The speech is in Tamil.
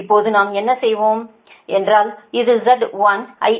இப்போது நாம் என்ன செய்வோம் என்றால் இது Z1 IR